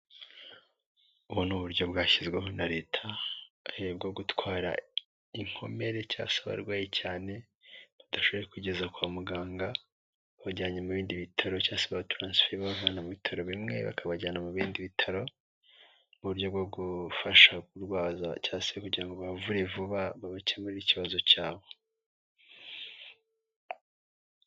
Ubu ni uburyo bwashyizweho na Leta, ahe bwo gutwara inkomere cyasaba abarwayi cyane, badashoboye kwigeza kwa muganga, babajyanye mu bindi bitaro, cyangwa se ama taransiferi, bavana mu bitaro bimwe, bakabajyana mu bindi bitaro, n'uburyo bwo gufasha kurwaza cya se kugira ngo babavure vuba, babakemurire ikibazo cyabo.